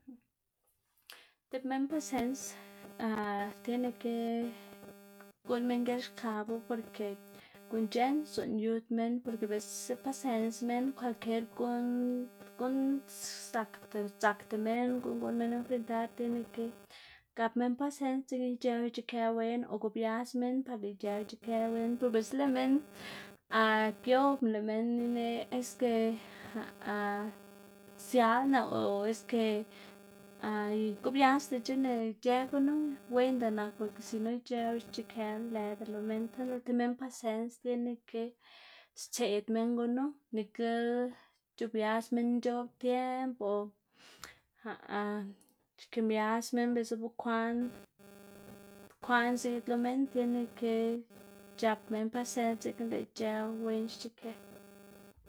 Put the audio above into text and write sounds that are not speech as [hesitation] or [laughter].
Tib minn pasens [hesitation] tiene ke guꞌnn minn gilxkabu p orke guꞌn c̲h̲eꞌn zuꞌnn yud minn, porke biꞌltsa pasens minn kwalkier guꞌn guꞌn zakda dzakda minn guꞌn guꞌnn minn enfrentar tiene ke gap minn pasens dzekna ic̲h̲ëwu ic̲h̲aꞌkë wen o gobias minn par lëꞌ ic̲h̲ëwu ic̲h̲aꞌkë wen biꞌltsa lëꞌ minn [hesitation] giobna lëꞌ minn ineꞌ ske [hesitation] sialaná o ske [hesitation] gobiasdac̲h̲aná ic̲h̲ë gunu wenda nak porke sino ic̲h̲ëwu xc̲h̲aꞌkë lëda lo minn saꞌda lëꞌ tib minn pases tiene ke stseꞌd minn gunu nikl c̲h̲obias minn nc̲h̲oꞌb tiemb o [hesitation] xkimbias minn biꞌltsa bekwaꞌn bekwaꞌn ziꞌd lo minn tiene ke c̲h̲ap minn pasens, dzekna lëꞌ ic̲h̲ëwu wen xc̲h̲aꞌkë.